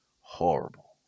horrible